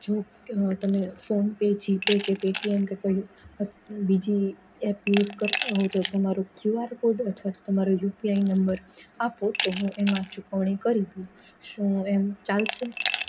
જો તમે PhonePe GPay કે પેટીએમ કે કંઈ બીજી એપ યુસ કરતાં હોવ તો તમારું કયુઆર કોડ અથવા તો તમારો યુપીઆઈ નંબર આપો તો હું એમાં ચુકવણી કરી દઉં શું એમ ચાલશે